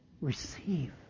Receive